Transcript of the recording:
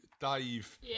Dave